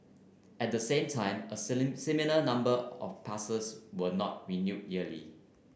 at the same time a similar number of passes were not renewed yearly